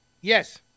Yes